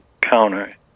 counter